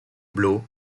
blu